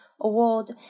award